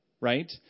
right